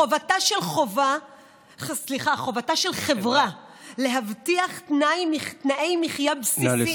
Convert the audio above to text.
חובתה של חברה להבטיח תנאי מחיה בסיסיים,